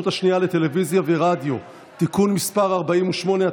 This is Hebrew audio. השנייה לטלוויזיה ורדיו (תיקון מס' 48),